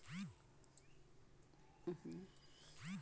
झींगा, केकड़ा, घोंगा एमन आवेला